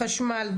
חשמל,